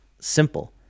simple